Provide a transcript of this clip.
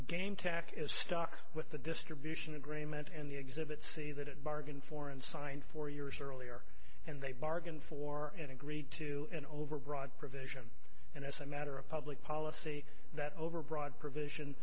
game tack is stuck with the distribution agreement in the exhibit see that it bargained for and signed for years earlier and they bargained for and agreed to an overbroad provision and as a matter of public policy that overbroad provision